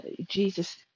jesus